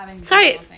Sorry